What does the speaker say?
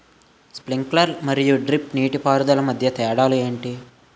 Sprinkler మరియు drip నీటిపారుదల మధ్య తేడాలు ఏంటి?